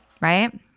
right